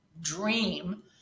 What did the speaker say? dream